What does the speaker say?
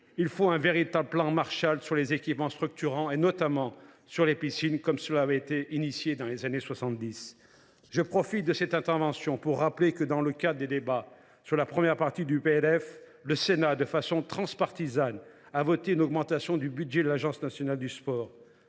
il faut un véritable plan Marshall sur les équipements structurants, notamment sur les piscines, comme cela a été fait dans les années 1970. Je profite de cette intervention pour rappeler que, dans le cadre des débats sur la première partie du projet de loi de finances, le Sénat, de façon transpartisane, a voté une augmentation du budget de l’Agence nationale du sport.